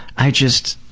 i just,